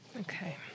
Okay